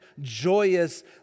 joyous